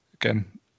again